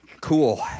Cool